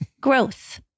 Growth